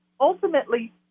Ultimately